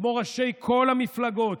כמו ראשי כל המפלגות.